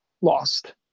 lost